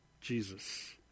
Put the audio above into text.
Jesus